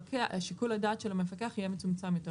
שיקול הדעת של המפקח יהיה מצומצם יותר.